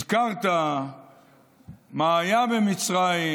הזכרת מה היה במצרים,